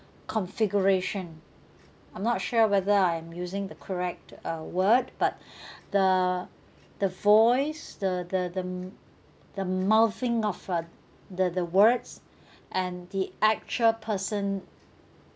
configuration I'm not sure whether I am using the correct uh word but the the voice the the the m~ the mouthing of uh the the words and the actual person